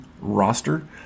roster